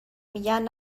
میگن